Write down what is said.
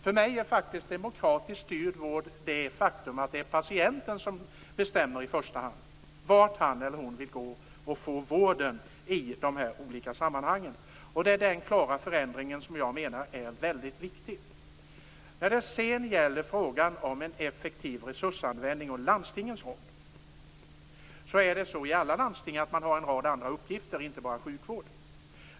För mig är faktiskt demokratiskt styrd vård att i första hand patienten bestämmer vart han eller hon vill gå och få vård i olika sammanhang. Det är den klara förändringen som jag menar är väldigt viktig. Sedan har vi frågan om en effektiv resursanvändning och landstingens roll. Alla landsting har en rad andra uppgifter utöver sjukvård.